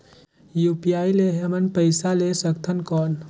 UPI ले हमन पइसा ले सकथन कौन?